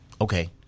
Okay